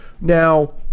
Now